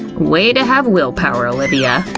way to have will power, olivia!